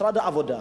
משרד העבודה.